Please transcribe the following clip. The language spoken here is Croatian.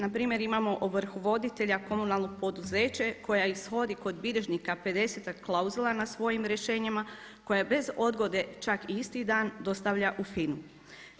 Na primjer imamo ovrhovoditelja komunalno poduzeće koje ishodi kod bilježnika 50-ak klauzula na svojim rješenjima, koje bez odgode čak isti dan dostavlja u FINA-u.